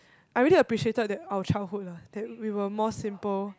I really appreciated that our childhood ah that we were more simple